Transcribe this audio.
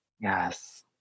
yes